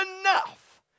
enough